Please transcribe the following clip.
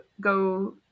go